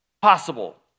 possible